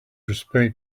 respect